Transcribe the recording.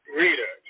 reader